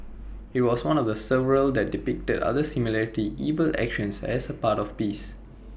IT was one of several that depicted other similarly evil actions as part of the piece